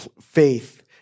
faith